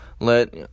Let